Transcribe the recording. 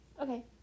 Okay